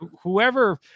Whoever